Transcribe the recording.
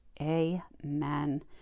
Amen